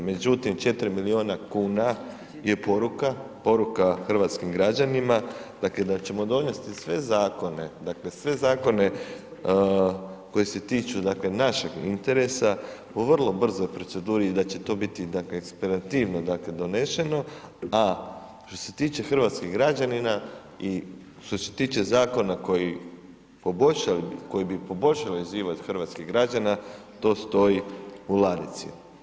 Međutim, 4 milijuna kuna je poruka, poruka hrvatskim građanima, da ćemo donijeti sve zakone, dakle sve zakone koji se tiču dakle našeg interesa, u vrlo brzoj proceduri i da će to biti dakle .../nerazumljivo/... dakle donešeno, a što se tiče hrvatskih građanina i što se tiče zakoni koji bi poboljšali život hrvatskih građana, to stoji u ladici.